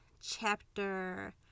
chapter